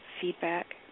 feedback